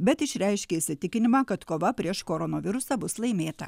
bet išreiškė įsitikinimą kad kova prieš koronavirusą bus laimėta